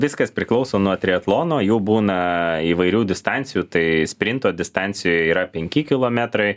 viskas priklauso nuo triatlono jų būna įvairių distancijų tai sprinto distancijoj yra penki kilometrai